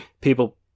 people